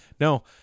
No